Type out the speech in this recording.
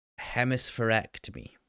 hemispherectomy